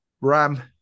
Ram